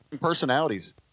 personalities